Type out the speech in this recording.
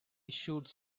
shoots